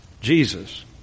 Jesus